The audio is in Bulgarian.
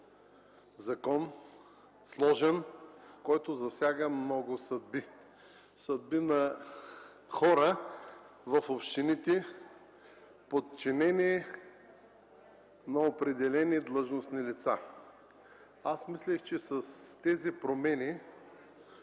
закон, сложен, който засяга много съдби, съдби на хора в общините, подчинени на определени длъжностни лица. Аз мисля, че с тези промени